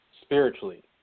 spiritually